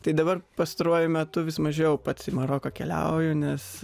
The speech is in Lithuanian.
tai dabar pastaruoju metu vis mažiau pats į maroką keliauju nes